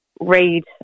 read